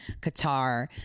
Qatar